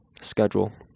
schedule